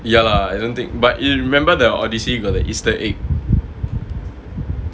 ya lah I don't think but you remember the odyssey got the easter egg